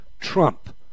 Trump